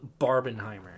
barbenheimer